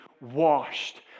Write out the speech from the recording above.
washed